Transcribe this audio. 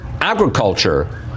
agriculture